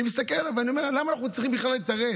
אני מסתכל עליו ואני אומר: למה אנחנו צריכים בכלל לתרץ?